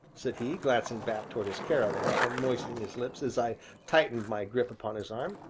said he, glancing back toward his caravan, and moistening his lips as i tightened my grip upon his arm,